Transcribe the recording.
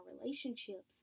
relationships